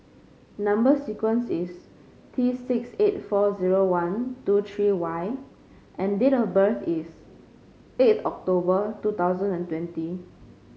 number sequence is T six eight four zero one two three Y and date of birth is eighth October two thousand and twenty